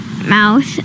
mouth